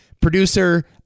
producer